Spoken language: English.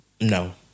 No